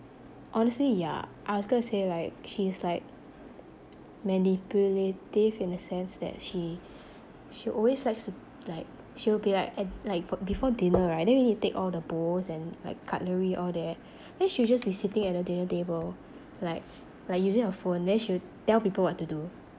honestly yeah I was gonna say like she's like manipulative in a sense that she she always likes to like she'll be like at like for before dinner right then we need to take all the bowls and like cutlery all that then she'll just be sitting at the dinner table like like using her phone then she'll tell people what to do